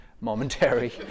momentary